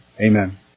Amen